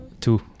Two